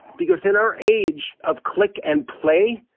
because, in our age of click and play,